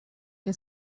que